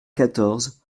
quatorze